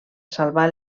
salvar